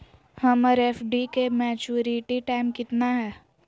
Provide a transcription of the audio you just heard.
हमर एफ.डी के maturity time कितना है?